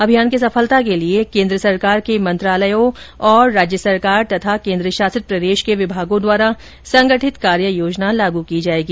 अभियान की सफलता के लिए केन्द्र सरकार के मंत्रालयों तथा राज्य सरकार और केन्द्र शासित प्रदेश के विभागों द्वारा संगठित कार्य योजना लागू की जाएगी